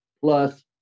Plus